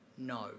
No